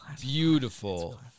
beautiful